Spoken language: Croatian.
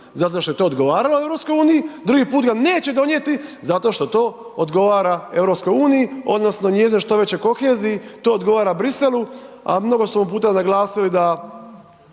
zato što je to odgovaralo EU, drugi put ga neće donijeti zato što to odgovara EU odnosno njezinoj što većoj koheziji, to odgovara Briselu, a mnogo smo puta naglasili da